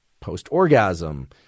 post-orgasm